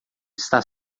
está